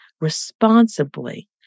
responsibly